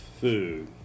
food